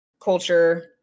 culture